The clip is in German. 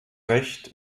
recht